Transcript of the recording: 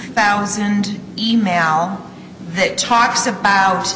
thousand e mail that talks about